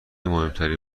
مهمتری